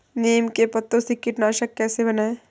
नीम के पत्तों से कीटनाशक कैसे बनाएँ?